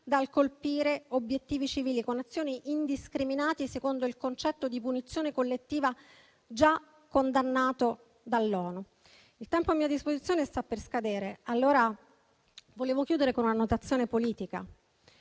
dal colpire obiettivi civili con azioni indiscriminate, secondo il concetto di punizione collettiva già condannato dall'ONU. Il tempo a mia disposizione sta per scadere. Allora, vorrei chiudere con una notazione politica: